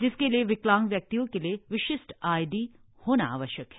जिसके लिए विकलांग व्यक्तियों के लिए विशिष्ठ आई डी होना आवश्यक है